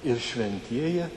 ir šventieji